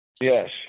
Yes